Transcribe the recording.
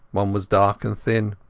one was dark and thin.